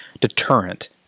deterrent